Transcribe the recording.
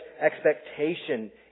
expectation